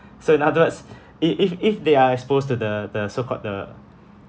so in other words it if if they are exposed to the the so-called the